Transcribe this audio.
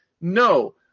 No